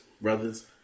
brothers